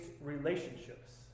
relationships